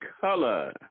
color